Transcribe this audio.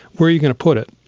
where are you going to put it?